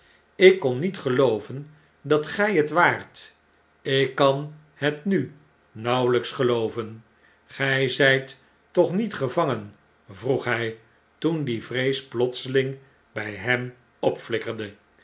ik kon niet gelooven dat gj het waart ikkan het nu nauwelijks gelooven gy zijt toch niet gevangen vroeg hjj toen die vrees plotseling by hem